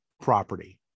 property